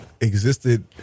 existed